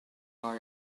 mae